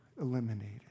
eliminated